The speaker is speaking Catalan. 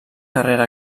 carrera